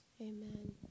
amen